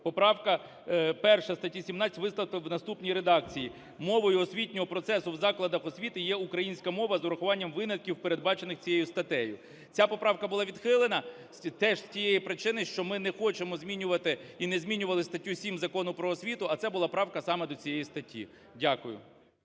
Поправка… перша статті 17 викласти у наступній редакції: "Мовою освітнього процесу в закладах освіти є українська мова, з урахуванням винятків, передбачених цією статтею". Ця поправка була відхилена теж з тієї причини, що ми не хочемо змінювати і не змінювали статтю 7 Закону "Про освіту", а це була правка саме до цієї статті. Дякую.